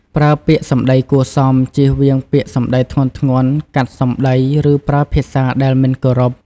ប្រើពាក្យសម្ដីគួរសម ជៀសវាងពាក្យសម្ដីធ្ងន់ៗ កាត់សម្ដី ឬប្រើភាសាដែលមិនគោរព។